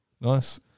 Nice